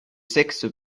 sexes